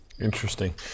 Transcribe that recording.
Interesting